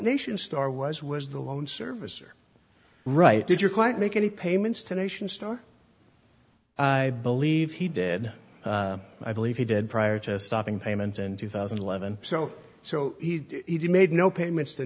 nation star was was the loan servicer right did you quite make any payments to nation star i believe he did i believe he did prior to stopping payments and two thousand and eleven so so he made no payments t